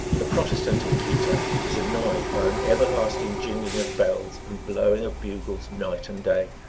the protestant in quito is annoyed by an everlasting jingling of bells and blowing of bugles night and day.